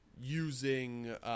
using